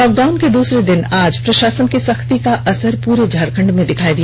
lockdown के दूसरे दिन प्रषासन की सख्ती का असर पूरे झारखण्ड में दिखाई दिया